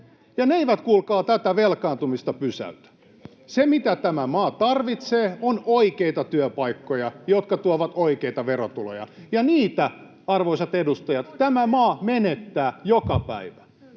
ja ne eivät, kuulkaa, tätä velkaantumista pysäytä. Se, mitä tämä maa tarvitsee, on oikeita työpaikkoja, jotka tuovat oikeita verotuloja, ja niitä, arvoisat edustajat, tämä maa menettää joka päivä.